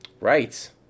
Right